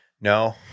No